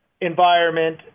environment